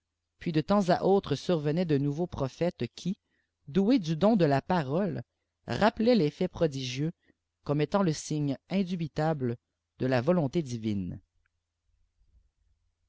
puis de temps à autre survenaient de nouveaux prophètes qui doués du don de la parolfe rappelaient les fiiits prodigieux comme étant le signe iridubjitable de la volonté divine